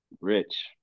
Rich